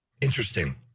Interesting